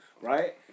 right